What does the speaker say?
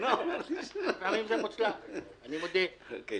אני מודה.